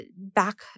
back